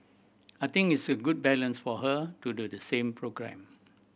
I think it's a good balance for her to do the same programme